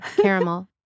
Caramel